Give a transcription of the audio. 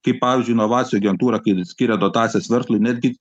kaip pavyzdžiui inovacijų agentūra kai skiria dotacijas verslui netgi